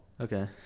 Okay